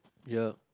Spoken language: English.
yup